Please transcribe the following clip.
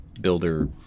builder